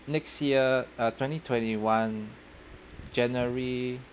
next year uh twenty twenty one january